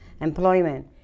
employment